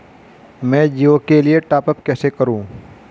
मैं जिओ के लिए टॉप अप कैसे करूँ?